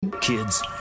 Kids